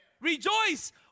Rejoice